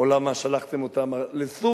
או: למה שלחתם אותם לסוריה?